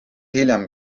hiljem